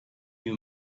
you